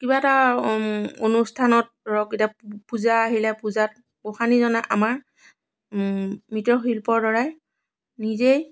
কিবা এটা অনুষ্ঠানত ধৰক এতিয়া পূজা আহিলে পূজাত গোঁসানী জনা আমাৰ মৃত শিল্পৰ দ্বাৰাই নিজেই